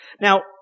Now